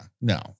No